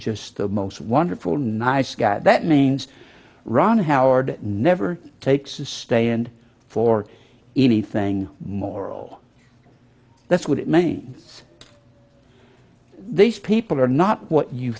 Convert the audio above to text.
just the most wonderful nice guy that means ron howard never takes to stay and for anything moral that's what it means these people are not what you